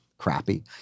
crappy